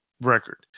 record